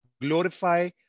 glorify